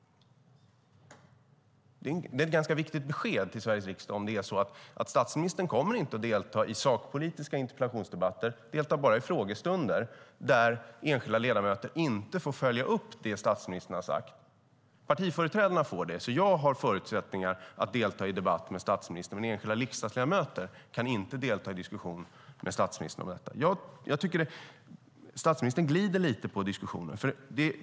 Det är ett viktigt besked till Sveriges riksdag om det är så att statsministern inte kommer att delta i sakpolitiska interpellationsdebatter utan bara deltar i frågestunder där enskilda ledamöter inte får följa upp det statsministern har sagt. Partiföreträdarna får göra det, så jag har förutsättningar att delta i debatt med statsministern, men enskilda riksdagsledamöter kan inte delta i diskussion med statsministern. Jag tycker att statsministern glider lite i diskussionen.